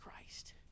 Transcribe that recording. Christ